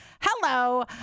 hello